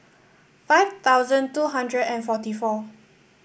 five thousand two hundred and forty four